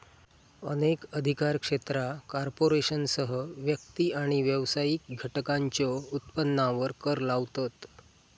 अनेक अधिकार क्षेत्रा कॉर्पोरेशनसह व्यक्ती आणि व्यावसायिक घटकांच्यो उत्पन्नावर कर लावतत